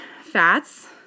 fats